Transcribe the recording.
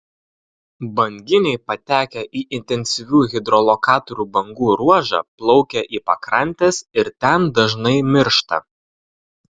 banginiai patekę į intensyvių hidrolokatorių bangų ruožą plaukia į pakrantes ir ten dažnai miršta